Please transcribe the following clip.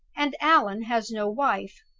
and allan has no wife.